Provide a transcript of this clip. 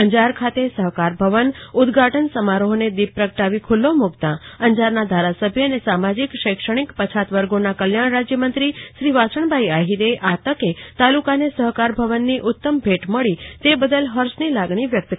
અંજાર ખાતે સહકાર ભવન ઉદ્વાટન સમારોફને દીપ પ્રગટાવી ખુલ્લો મુકતા અંજારના ધારાસભ્ય એ સામાજિક અને શૈક્ષણિક પછાત વર્ગોના કલ્યાણ રાજ્યમંત્રી શ્રી વાસણભાઈ આફીરે આ તકે તાલુકાને સહકાર ભવનની ઉત્તમ ભેટ મળી તે બાદલ ફર્ષની લાગણી વ્યક્ત કરી હતી